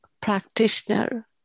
practitioner